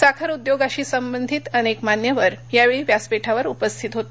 साखर उद्योगाशी संबंधित अनेक मान्यवर यावेळी व्यासपीठावर उपस्थित होते